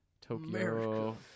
Tokyo